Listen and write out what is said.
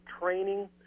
training